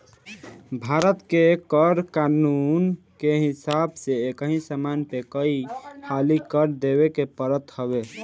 भारत के कर कानून के हिसाब से एकही समान पे कई हाली कर देवे के पड़त हवे